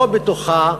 לא בתוכה,